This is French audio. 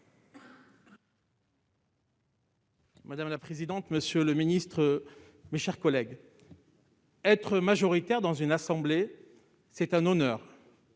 Madame la présidente, monsieur le ministre, mes chers collègues, être majoritaire dans une assemblée, c'est un honneur,